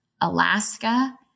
Alaska